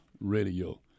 radio